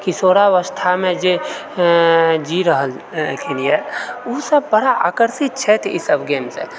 किशोरावस्थामे जे जी रहलखिन यऽ ओ सब बड़ा आकर्षित छथि ई सब गेमसँ